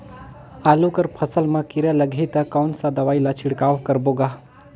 आलू कर फसल मा कीरा लगही ता कौन सा दवाई ला छिड़काव करबो गा?